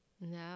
no